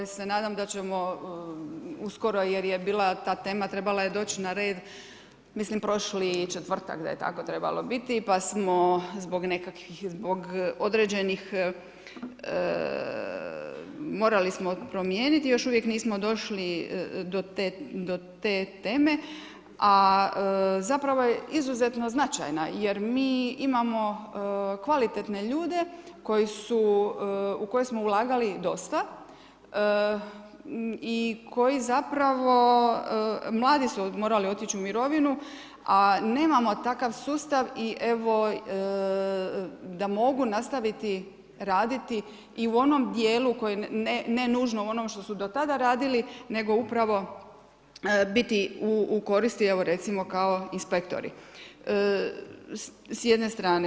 Ja se nadam da ćemo uskoro jer je bila ta tema, trebala je doći na red, mislim da je prošli četvrtak da je tako trebalo biti pa smo zbog određenih morali smo promijeniti i još uvijek nismo došli do te teme, a zapravo je izuzetno značajna jer mi imamo kvalitetne ljude u koje smo ulagali dosta i koji mladi su morali otići u mirovinu, a nemamo takav sustav i da mogu nastaviti raditi i u onom dijelu koji ne nužno onom što su do tada radili nego upravo biti u koristi evo recimo kao inspektori s jedne strane.